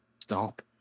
Stop